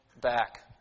back